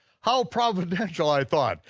how providential, i thought,